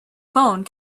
phone